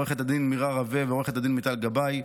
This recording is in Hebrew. עו"ד מירה רווה ועו"ד מיטל גבאי,